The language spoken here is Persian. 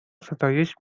ستایش